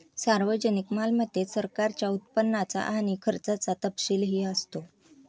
सार्वजनिक मालमत्तेत सरकारच्या उत्पन्नाचा आणि खर्चाचा तपशीलही असतो